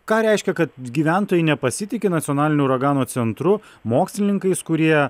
ką reiškia kad gyventojai nepasitiki nacionaliniu uragano centru mokslininkais kurie